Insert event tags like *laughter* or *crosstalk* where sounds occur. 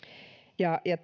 ja ja *unintelligible*